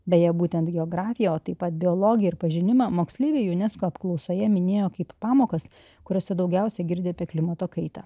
beje būtent geografiją o taip pat biologiją ir pažinimą moksleiviai junesko apklausoje minėjo kaip pamokas kuriose daugiausiai girdi apie klimato kaitą